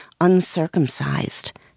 uncircumcised